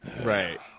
Right